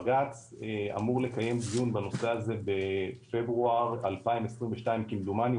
בג"ץ אמור לקיים דיון בנושא הזה בפברואר 2022 כמדומני,